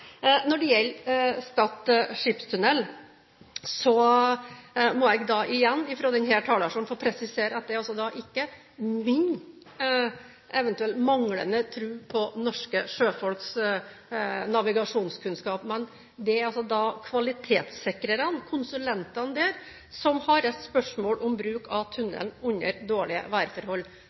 igjen fra denne talerstolen få presisere at det altså ikke gjelder min eventuelle manglende tro på norske sjøfolks navigasjonskunnskap, men at det er kvalitetssikrere, konsulentene der, som har reist spørsmål om bruk av tunnel under dårlige værforhold.